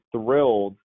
thrilled